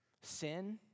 Sin